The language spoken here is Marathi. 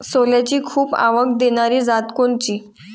सोल्याची खूप आवक देनारी जात कोनची?